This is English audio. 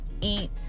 eat